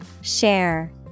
Share